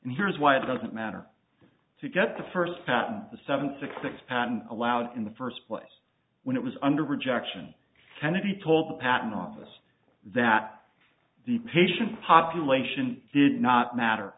and here's why it doesn't matter to get the first patent the seven six six patent allowed in the first place when it was under rejection kennedy told the patent office that the patient population did not matter